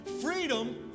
freedom